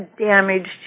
damaged